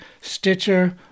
Stitcher